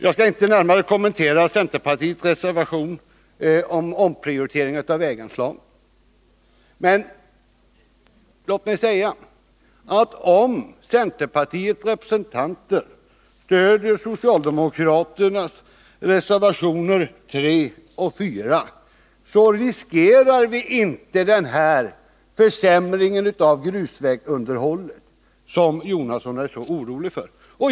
Jag skall inte närmare kommentera centerpartiets reservation om omprioritering av väganslagen, men låt mig säga att om centerpartiets representanter stöder socialdemokraternas reservationer 3 och 4 riskerar vi inte att få den försämring av grusvägsunderhållet som Bertil Jonasson är så orolig för.